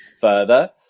further